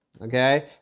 okay